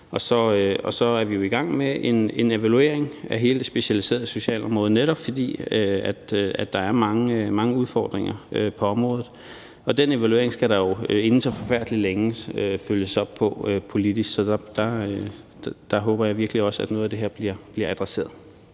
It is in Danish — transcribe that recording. så er vi jo i gang med en evaluering af hele det specialiserede socialområde, netop fordi der er mange udfordringer på området, og den evaluering skal der jo inden så forfærdelig længe følges op på politisk, så der håber jeg virkelig også at noget af det her bliver adresseret.